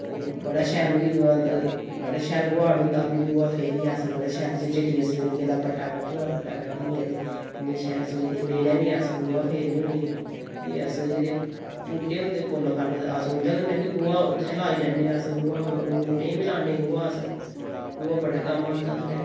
ओह् बड़ा शैल होई जंदा अंदर बड़ा शैल गुहाड़ होंदा फ्ही गोहा फेरियै अस बड़े शैल चिट्टियै सफेदियै दा पट्टा कड्डना पट्टा कड्डियै ते इन्ने शैल रसोई दे बेह्ड़ै बी अस गोहा फेरने हुन्ने फ्ही अस जेह्ड़े बूह्टे होंदे फुल्ल फल्ल अस उं'दे कन्नै बी गोहा उत्थै लाई लैन्ने आं अस गोहा उ'नें बूह्टें गी बी लान्ने गोहा अस गोहा बड़ा कम्म औंदा साढ़े